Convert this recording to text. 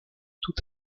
tout